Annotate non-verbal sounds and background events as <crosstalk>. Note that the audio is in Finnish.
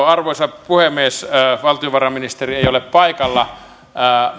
<unintelligible> arvoisa puhemies valtiovarainministeri ei ole paikalla